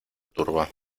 turba